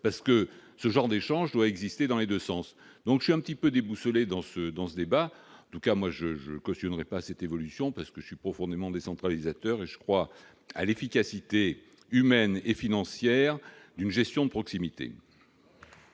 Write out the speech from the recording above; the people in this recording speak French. parce que ce genre d'échange doit exister dans les 2 sens, donc c'est un petit peu déboussolés dans ce dans ce débat en tout cas moi je je ne cautionnerait pas c'est évolution parce que je suis profondément décentralisateur et je crois à l'efficacité, humaines et financières d'une gestion de proximité.